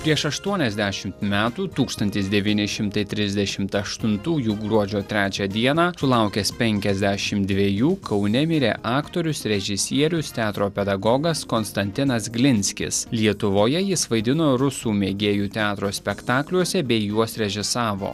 prieš aštuoniasdešimt metų tūkstanis devyni šimtai trisdešimt aštuntųjų gruodžio trečią dieną sulaukęs penkiasdešimt dvejų kaune mirė aktorius režisierius teatro pedagogas konstantinas glinskis lietuvoje jis vaidino rusų mėgėjų teatro spektakliuose bei juos režisavo